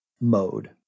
mode